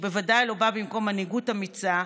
ובוודאי לא בא במקום מנהיגות אמיצה,